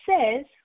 says